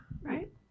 Right